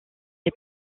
est